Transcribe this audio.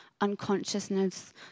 unconsciousness